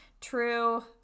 true